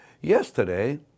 yesterday